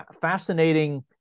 fascinating